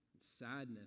sadness